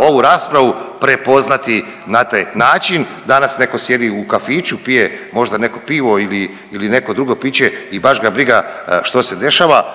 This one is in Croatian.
ovu raspravu prepoznati na taj način. Danas netko sjedi u kafiću pije možda neko pivo ili neko drugo piče i baš ga briga što se dešava.